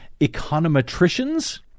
econometricians